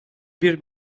bir